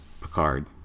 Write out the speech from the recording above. Picard